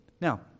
Now